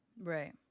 Right